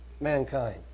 mankind